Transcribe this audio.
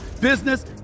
business